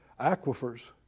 aquifers